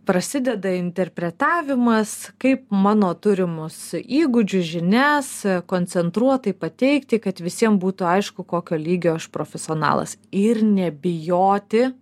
prasideda interpretavimas kaip mano turimus įgūdžius žinias koncentruotai pateikti kad visiem būtų aišku kokio lygio aš profesionalas ir nebijoti